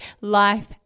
Life